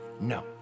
no